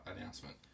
announcement